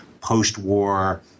post-war